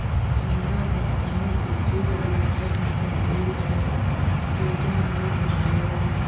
हमार कंपनी की चेकबुक खत्म हो गईल है, कृपया नई बनवाओ